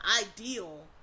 ideal